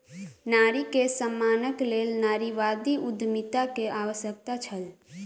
नारी के सम्मानक लेल नारीवादी उद्यमिता के आवश्यकता छल